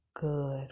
good